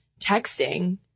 texting